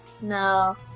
No